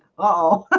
oh